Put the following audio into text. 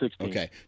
Okay